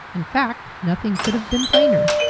in fact, nothing could have been plainer.